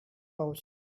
pouch